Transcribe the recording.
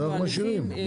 זה מה שאני אומר.